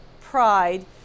pride